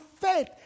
faith